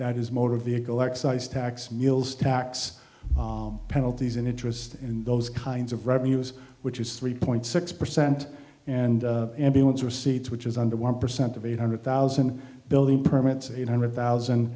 that is motor vehicle excise tax meals tax penalties and interest in those kinds of revenues which is three point six percent and ambulance receipts which is under one percent of eight hundred thousand building permits eight hundred thousand